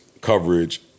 coverage